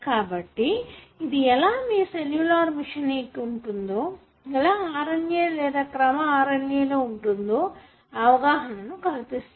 కాబట్టి ఇది ఎలా మీ సెల్లులార్ మెషినరీ ఉంటుందో ఎలా RNA లేదా క్రమ RNA లో ఉంటుందో అవగాహనా కల్పిస్తుంది